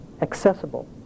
accessible